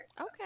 Okay